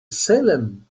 salem